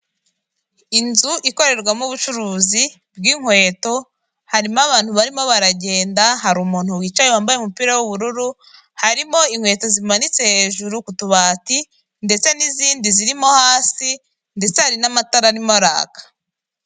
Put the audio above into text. Inzu ikorerwamo ubucuruzi bw'inkweto, harimo abantu barimo baragenda, hari umuntu wicaye wambaye umupira w'ubururu, harimo inkweto zimanitse hejuru ku tubati ndetse n'izindi zirimo hasi ndetse hari n'amatara arimo araka.